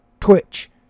Twitch